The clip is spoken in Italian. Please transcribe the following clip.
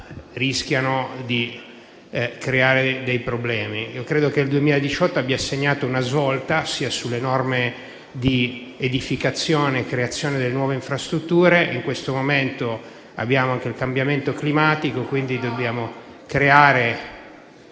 rischiano di creare dei problemi. Credo che il 2018 abbia segnato una svolta sulle norme di edificazione e creazione delle nuove infrastrutture. In questo momento abbiamo anche il cambiamento climatico e, quindi, dobbiamo creare